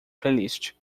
playlist